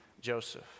Joseph